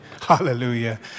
Hallelujah